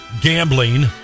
gambling